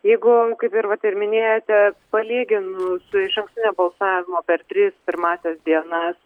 jeigu dirbate ir minėjote palyginus su išankstinio balsavimo per tris pirmąsias dienas